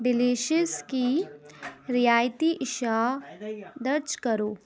delicious کی رعایتی اشیاء درج کرو